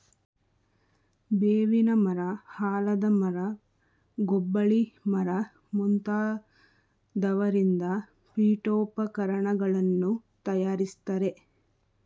ಬೇವಿನ ಮರ, ಆಲದ ಮರ, ಗೊಬ್ಬಳಿ ಮರ ಮುಂತಾದವರಿಂದ ಪೀಠೋಪಕರಣಗಳನ್ನು ತಯಾರಿಸ್ತರೆ